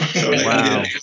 wow